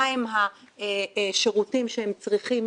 מה הם השירותים שהם צריכים,